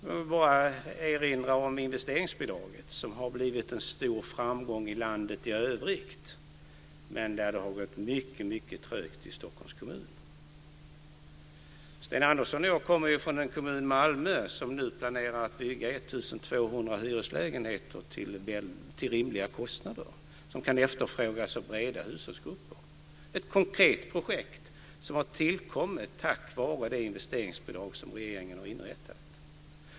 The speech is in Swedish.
Jag vill erinra om investeringsbidraget som har blivit en stor framgång i landet i övrigt men där det har gått mycket trögt i Sten Andersson kommer från kommunen Malmö som nu planerar att bygga 1 200 hyreslägenheter till rimliga kostnader som ska kunna efterfrågas av breda hushållsgrupper. Det är ett konkret projekt som har tillkommit tack vare det investeringsbidrag som regeringen har inrättat.